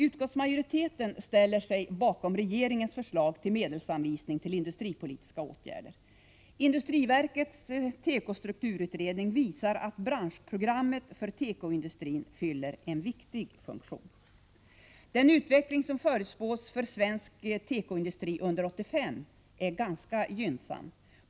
Utskottsmajoriteten ställer sig bakom regeringens förslag till medelsanvisning till industripolitiska åtgärder. Industriverkets tekostrukturutredning visar att branschprogrammet för tekoindustrin fyller en viktig funktion. Den utveckling som förutspås för svensk tekoindustri under 1985 är ganska gynnsam.